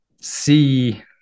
see